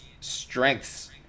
strengths